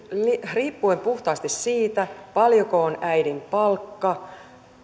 riippuen puhtaasti siitä paljonko on äidin palkka